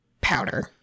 powder